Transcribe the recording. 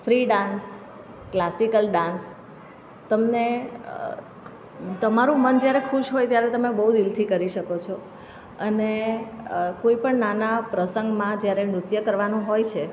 free dance classical dance તમને તમારું મન જયારે ખુશ હોય ત્યારે તમે બહુ દિલથી કરી શકો છો અને કોઈપણ નાના પ્રસંગમાં જયારે નૃત્ય કરવાનું હોય છે